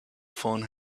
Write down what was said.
phone